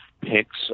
picks